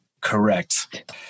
Correct